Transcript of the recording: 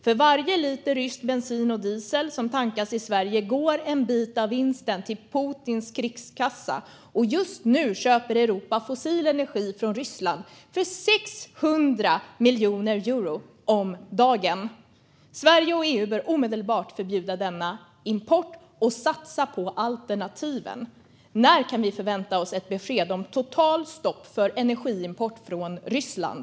För varje liter rysk bensin och diesel som tankas i Sverige går en bit av vinsten till Putins krigskassa. Just nu köper Europa fossil energi från Ryssland för 600 miljoner euro om dagen. Sverige och EU bör omedelbart förbjuda denna import och satsa på alternativen. När kan vi förvänta oss ett besked om totalstopp för energiimport från Ryssland?